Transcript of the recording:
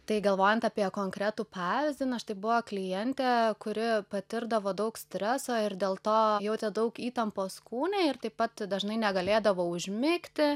tai galvojant apie konkretų pavyzdį na štai buvo klientę kuri patirdavo daug streso ir dėl to jautė daug įtampos kūne ir taip pat dažnai negalėdavo užmigti